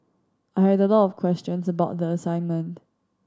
I had a lot of questions about the assignment